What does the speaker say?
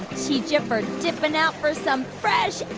teach you for dipping out for some fresh